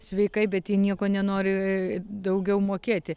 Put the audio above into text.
sveikai bet ji nieko nenori daugiau mokėti